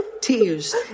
tears